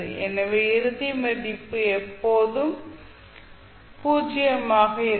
எனவே இறுதி மதிப்பு எப்போதும் பூஜ்ஜியமாக இருக்கும்